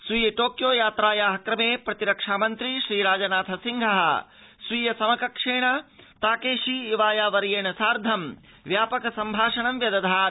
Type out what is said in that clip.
स्वीय टोक्यो यात्राया क्रमे प्रतिरक्षा मन्त्री श्रीराजनाथ सिंह स्वीय समकक्षेण ताकेशी इवाया वर्येण सार्थं व्यापक सम्भाषणं व्यदधात्